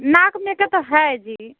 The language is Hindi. नाक में का तो है जी